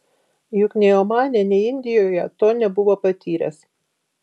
juk nei omane nei indijoje to nebuvote patyręs